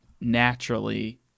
naturally